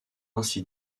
ainsi